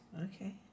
Okay